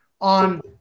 on